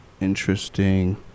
Interesting